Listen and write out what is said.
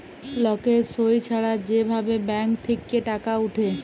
লকের সই ছাড়া যে ভাবে ব্যাঙ্ক থেক্যে টাকা উঠে